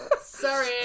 Sorry